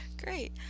Great